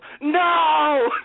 No